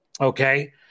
Okay